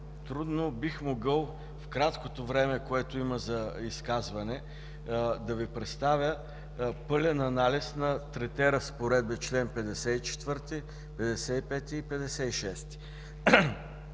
трудно бих могъл в краткото време, което има за изказване, да Ви представя пълен анализ на трите разпоредби – членове 54, 55 и 56.